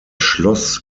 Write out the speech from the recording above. schloss